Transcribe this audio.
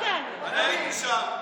אם לא, נצביע.